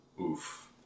Oof